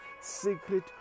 secret